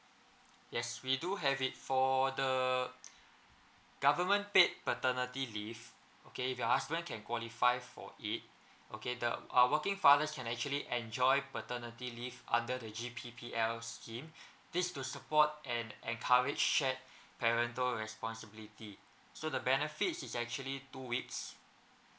yes we do have it for the government paid paternity leave okay if your husband can qualify for it okay the uh working fathers can actually enjoy paternity leave under the G_P_P_L scheme this to support and encourage shared parental responsibility so the benefits is actually two weeks